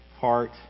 heart